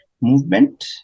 Movement